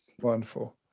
Wonderful